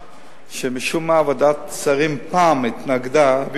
משום מה ועדת שרים התנגדה הפעם,